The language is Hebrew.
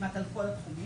כמעט על כל התחומים.